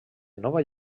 nova